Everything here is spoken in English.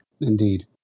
indeed